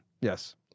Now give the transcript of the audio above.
Yes